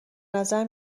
نظر